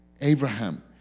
Abraham